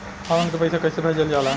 हमन के पईसा कइसे भेजल जाला?